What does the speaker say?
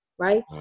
Right